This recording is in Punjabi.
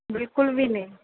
ਬਿਲਕੁਲ ਵੀ ਨਹੀਂ